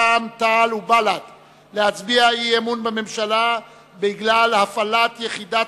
רע"ם-תע"ל ובל"ד להצביע אי-אמון בממשלה בגלל הפעלת יחידת